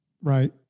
Right